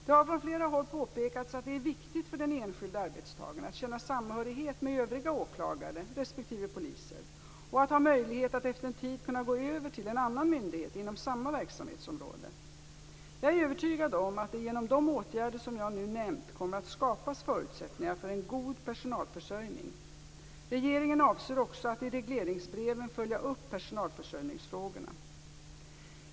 Det har från flera håll påpekats att det är viktigt för den enskilde arbetstagaren att känna samhörighet med övriga åklagare respektive poliser och att ha möjlighet att efter en tid gå över till en annan myndighet inom samma verksamhetsområde. Jag är övertygad om att det genom de åtgärder som jag nu nämnt kommer att skapas förutsättningar för en god personalförsörjning. Regeringen avser också att i regleringsbreven följa upp personalförsörjningsfrågorna.